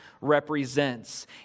represents